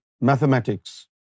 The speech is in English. mathematics